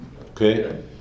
Okay